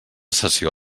sessió